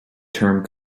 term